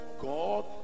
god